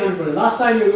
last time